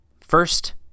first